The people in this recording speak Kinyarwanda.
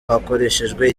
hakoreshejwe